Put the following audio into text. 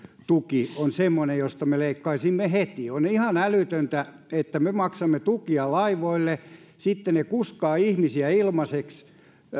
tuki on semmoinen josta me leikkaisimme heti on ihan älytöntä että me maksamme tukia laivoille ja sitten ne kuskaavat ihmisiä ilmaiseksi